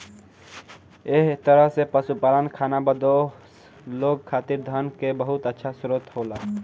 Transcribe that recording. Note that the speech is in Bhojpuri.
एह तरह के पशुपालन खानाबदोश लोग खातिर धन के बहुत अच्छा स्रोत होला